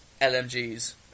LMGs